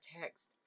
text